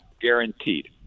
Guaranteed